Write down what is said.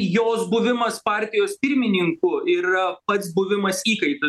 jos buvimas partijos pirmininku yra pats buvimas įkaitu